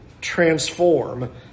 transform